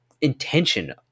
intention